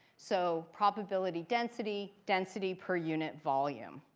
so probability density, density per unit volume.